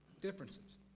differences